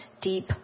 deep